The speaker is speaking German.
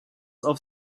auf